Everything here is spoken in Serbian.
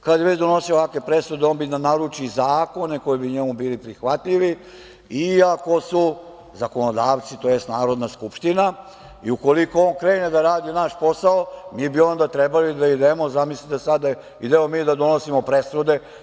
Kada je već donosio ovakve presude, on bi da naruči zakone koji bi mu bili prihvatljivi i ako su zakonodavci, tj. Narodna skupština i ukoliko krene da radi naš posao, mi bi onda trebali da idemo, zamisliste sada, da idemo mi da donosimo presude.